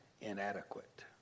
inadequate